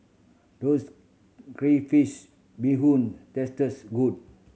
does crayfish beehoon tastes good